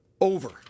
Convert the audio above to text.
over